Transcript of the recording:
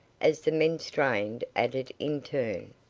as the men strained at it in turn.